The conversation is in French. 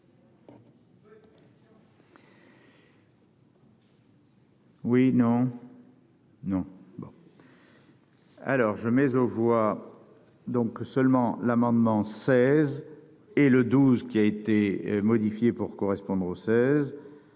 non. Non, bon. Alors je mais on voit donc seulement l'amendement 16 et le 12 qui a été modifiée pour correspondre au 16